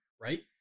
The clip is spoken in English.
Right